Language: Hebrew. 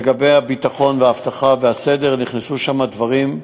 לגבי הביטחון והאבטחה והסדר, נכנסו שם דברים,